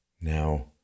Now